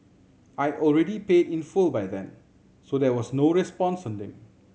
I already paid in full by then so there was no response from him